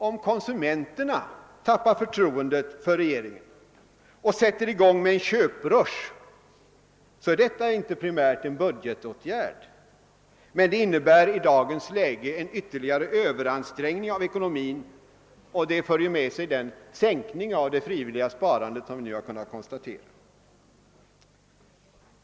Om konsumenterna tappar förtroendet för regeringen och sätter i gång en köprush, är detta inte primärt en budgetåtgärd, men det innebär i dagens läge en ytterligare överansträngning av ekonomin som för med sig den sänkning av det frivilliga sparandet som vi nu kan konstatera.